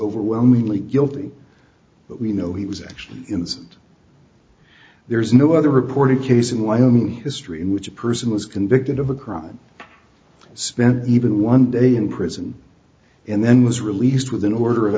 overwhelmingly guilty but we know he was actually incent there is no other reported case in wyoming history in which a person was convicted of a crime spent even one day in prison and then was released with an order of